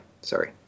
Sorry